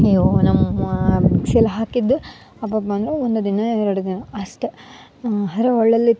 ಅಯ್ಯೋ ನಮ್ಮ ವಿಷಲ್ ಹಾಕಿದ್ದು ಅಬ್ಬಬ್ಬಾ ಅಂದರೆ ಒಂದು ದಿನ ಎರಡು ದಿನ ಅಷ್ಟೆ ಆದ್ರೆ ಒರಳಲ್ಲಿ